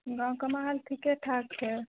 गाँवके माहौल ठीके ठाक छै